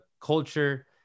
culture